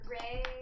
Ray